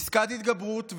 פסקת התגברות,